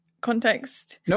context